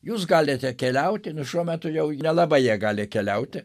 jūs galite keliauti nu šiuo metu jau nelabai jie gali keliauti